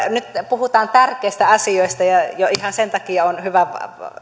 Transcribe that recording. nyt puhutaan tärkeistä asioista ja jo ihan sen takia on hyvä